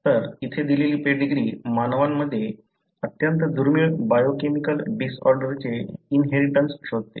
तर इथे दिलेली पेडीग्री मानवांमध्ये अत्यंत दुर्मिळ बायोकेमिकल डिसऑर्डर चे इनहेरिटन्स शोधते